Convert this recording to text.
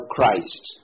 Christ